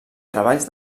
treballs